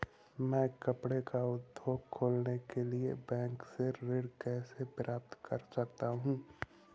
मैं कपड़े का उद्योग खोलने के लिए बैंक से ऋण कैसे प्राप्त कर सकता हूँ?